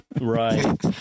Right